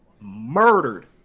murdered